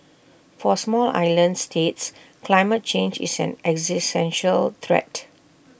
for small islands states climate change is an existential threat